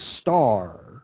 star